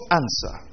answer